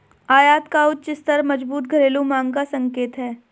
आयात का उच्च स्तर मजबूत घरेलू मांग का संकेत है